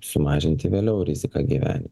sumažinti vėliau riziką gyven